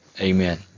Amen